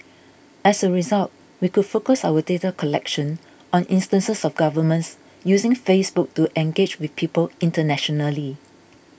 as a result we could focus our data collection on instances of governments using Facebook to engage with people internationally